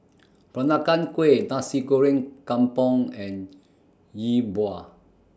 Peranakan Kueh Nasi Goreng Kampung and Yi Bua